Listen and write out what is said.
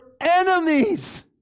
enemies